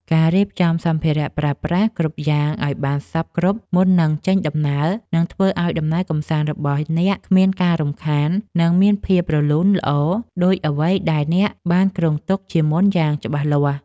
ការរៀបចំសម្ភារៈប្រើប្រាស់គ្រប់យ៉ាងឱ្យបានសព្វគ្រប់មុននឹងចេញដំណើរនឹងធ្វើឱ្យដំណើរកម្សាន្តរបស់អ្នកគ្មានការរំខាន និង មានភាពរលូនល្អដូចអ្វីដែលអ្នកបានគ្រោងទុកជាមុនយ៉ាងច្បាស់លាស់។